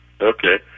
Okay